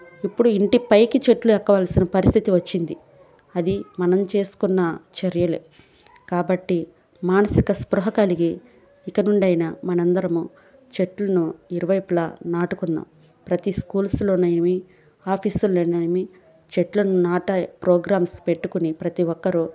ఇప్పుడు ఇంటి పైకి చెట్లు ఎక్కవలసిన పరిస్థితి వచ్చింది అది మనం చేసుకున్న చర్యలే కాబట్టి మానసిక స్పృహ కలిగి ఇకనుండి అయినా మనందరము చెట్లును ఇరువైపులా నాటుకుందాం ప్రతీ స్కూల్స్లోనేమి ఆఫీసుల్లోనేమి చెట్లను నాటే ప్రోగ్రామ్స్ పెట్టుకొని ప్రతీ ఒక్కరూ